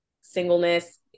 singleness